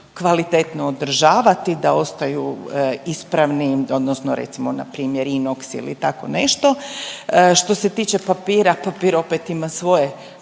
kvalitetno održavati da ostaju ispravni odnosno recimo npr. inoks ili tako nešto. Što se tiče papira, papir opet ima svoje,